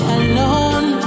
alone